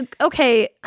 okay